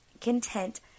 content